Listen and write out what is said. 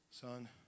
Son